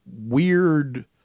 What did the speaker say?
weird